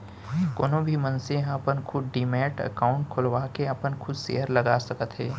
कोनो भी मनसे ह अपन खुद डीमैट अकाउंड खोलवाके अपन खुद सेयर लगा सकत हे